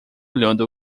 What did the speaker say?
olhando